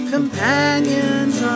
Companions